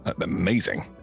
Amazing